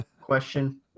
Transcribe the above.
question